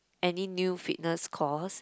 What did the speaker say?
any new fitness course